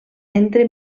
entre